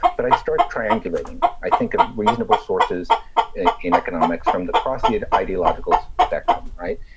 but i start triangulating. i think ah reasonable sources in economics from the prosit ideological spectrum. right.